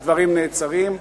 הדברים נעצרים.